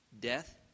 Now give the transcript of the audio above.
death